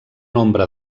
nombre